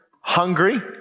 Hungry